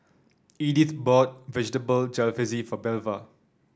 Edith bought Vegetable Jalfrezi for Belva